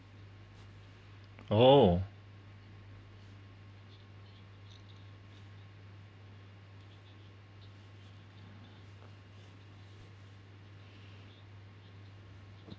oh